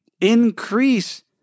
increase